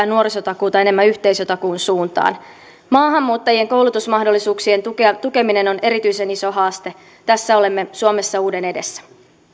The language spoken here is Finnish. nuorisotakuuta enemmän yhteisötakuun suuntaan maahanmuuttajien koulutusmahdollisuuksien tukeminen on erityisen iso haaste tässä olemme suomessa uuden edessä